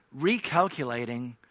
recalculating